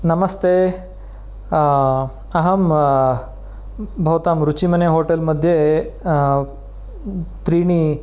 नमस्ते अहं भवतां रुचिमने होटेल् मध्ये त्रीणि